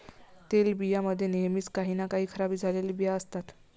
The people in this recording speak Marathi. तेलबियां मध्ये नेहमीच काही ना काही खराब झालेले बिया असतात